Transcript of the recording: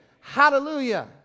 Hallelujah